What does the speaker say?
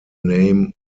name